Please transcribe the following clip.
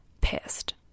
pissed